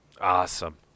Awesome